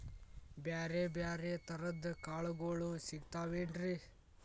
ಬ್ಯಾರೆ ಬ್ಯಾರೆ ತರದ್ ಕಾಳಗೊಳು ಸಿಗತಾವೇನ್ರಿ?